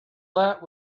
that